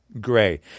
gray